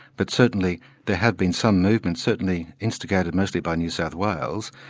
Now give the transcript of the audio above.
but certainly there have been some movements, certainly instigated mostly by new south wales,